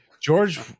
George